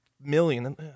million